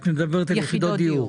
את מדברת על יחידות דיור?